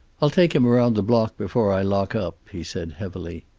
i'll take him around the block before i lock up, he said heavily.